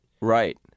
Right